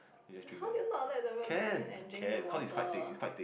how do you not let the milk go in and drink the water